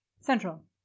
Central